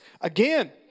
again